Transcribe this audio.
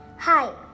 Hi